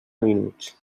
minuts